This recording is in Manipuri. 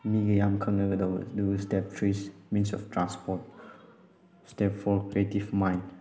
ꯃꯤꯒ ꯌꯥꯝ ꯈꯪꯅꯒꯗꯕ ꯑꯗꯨꯒ step three's means of transport step for creative mind